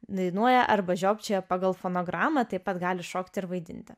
dainuoja arba žiopčioja pagal fonogramą taip pat gali šokti ir vaidinti